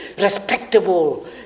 respectable